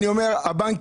אני אומר הבנקים,